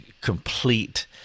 complete